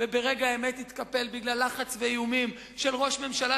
וברגע האמת התקפל בגלל לחץ ואיומים של ראש ממשלה,